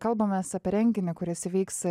kalbamės apie renginį kuris įvyks